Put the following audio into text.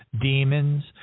demons